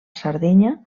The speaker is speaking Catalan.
sardenya